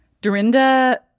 Dorinda